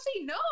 no